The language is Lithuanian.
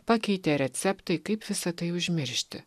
pakeitė receptai kaip visa tai užmiršti